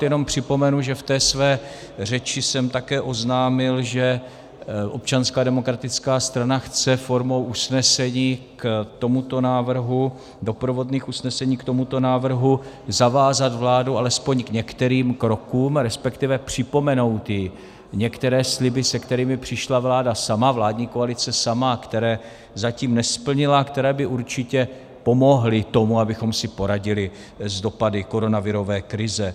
Jenom připomenu, že v té své řeči jsem také oznámil, že Občanská demokratická strana chce formou doprovodných usnesení k tomuto návrhu zavázat vládu alespoň k některým krokům, respektive připomenout jí některé sliby, se kterými přišla vládní koalice sama a které zatím nesplnila, které by určitě pomohly tomu, abychom si poradili s dopady koronavirové krize.